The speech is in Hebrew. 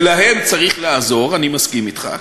ולהם צריך לעזור, אני מסכים אתך,